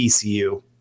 ECU